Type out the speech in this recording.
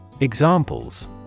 Examples